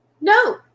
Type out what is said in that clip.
no